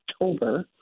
October